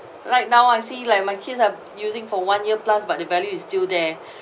right now I see like my kids are using for one year plus but the value is still there